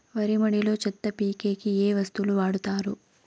వరి మడిలో చెత్త పీకేకి ఏ వస్తువులు వాడుతారు?